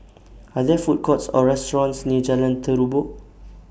Are There Food Courts Or restaurants near Jalan Terubok